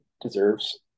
deserves